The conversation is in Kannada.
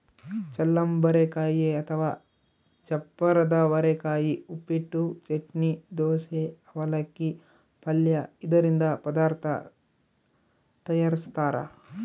ಚಳ್ಳಂಬರೆಕಾಯಿ ಅಥವಾ ಚಪ್ಪರದವರೆಕಾಯಿ ಉಪ್ಪಿಟ್ಟು, ಚಟ್ನಿ, ದೋಸೆ, ಅವಲಕ್ಕಿ, ಪಲ್ಯ ಇದರಿಂದ ಪದಾರ್ಥ ತಯಾರಿಸ್ತಾರ